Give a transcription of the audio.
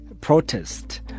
protest